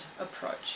approach